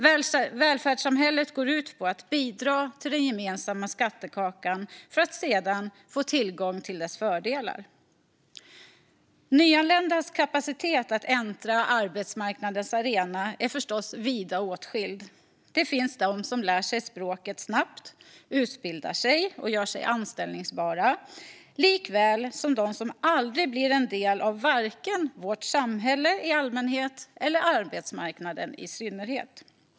Välfärdssamhället går ut på att bidra till den gemensamma skattekakan för att sedan få tillgång till dess fördelar. Nyanländas kapacitet att äntra arbetsmarknadens arena skiljer sig förstås vida. Det finns de som lär sig språket snabbt, utbildar sig och gör sig anställbara. Det finns också de som aldrig blir en del av vare sig vårt samhälle i allmänhet eller arbetsmarknaden i synnerhet.